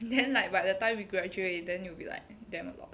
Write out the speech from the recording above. then like by the time we graduate then it will be like damn a lot